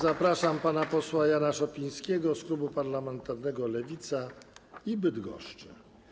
Zapraszam pana posła Jana Szopińskiego z klubu parlamentarnego Lewica i z Bydgoszczy.